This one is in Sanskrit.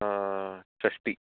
षष्ठि